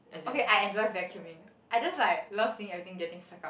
okay I enjoy vacuuming I just like love seeing everything getting suck up